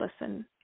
listen